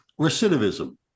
Recidivism